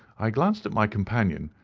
i glanced at my companion,